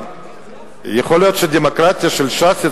יכול להיות שהדמוקרטיה של ש"ס,